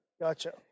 Gotcha